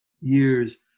years